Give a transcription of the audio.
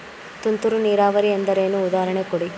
ತುಂತುರು ನೀರಾವರಿ ಎಂದರೇನು, ಉದಾಹರಣೆ ಕೊಡಿ?